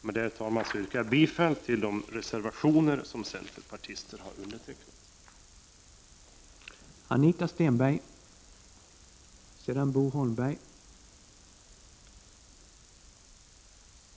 Med det, herr talman, yrkar jag bifall till de reservationer som centerpartister har varit med om att avge.